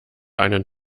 einen